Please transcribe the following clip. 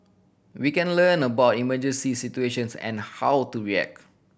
we can learn about emergency situations and how to react